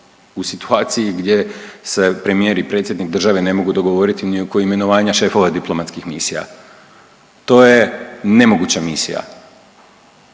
u situaciji gdje se premijer i predsjednik države ne mogu dogovoriti ni oko imenovanja šefova diplomatskih misija. To je nemoguća misija.